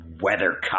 weathercock